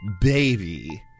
baby